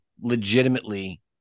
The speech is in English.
legitimately